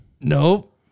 Nope